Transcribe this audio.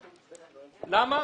למה?